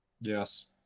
Yes